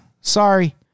Sorry